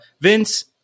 Vince